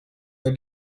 the